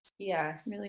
Yes